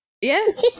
Yes